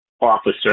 officer